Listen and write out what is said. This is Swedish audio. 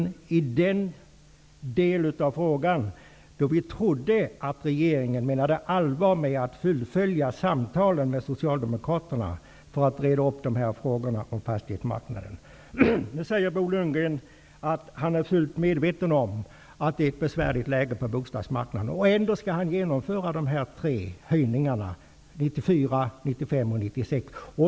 Vi står fast vid överenskommelsen i den del av frågan där vi trodde att regeringen menade allvar med att fullfölja samtalen med Socialdemokraterna för att reda upp problemen på fastighetsmarknaden.